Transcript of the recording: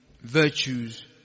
virtues